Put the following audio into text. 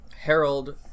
Harold